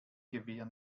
gewehr